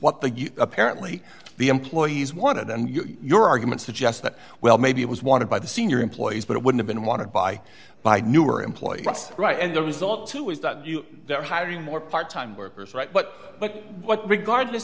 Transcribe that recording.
what the apparently the employees wanted and your argument suggests that well maybe it was wanted by the senior employees but it would have been wanted by by newer employee that's right and the result too is that they're hiring more part time workers right but what regardless